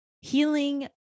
healing